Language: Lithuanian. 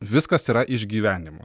viskas yra iš gyvenimo